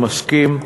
אני מסכים,